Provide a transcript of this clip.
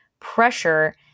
pressure